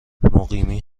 مقیمی